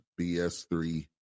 BS3